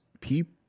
people